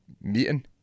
meeting